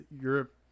Europe